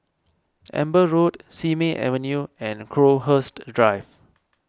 Amber Road Simei Avenue and Crowhurst Drive